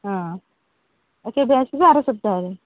ହଁ କେବେ ଆସିବ ଆର ସପ୍ତାହରେ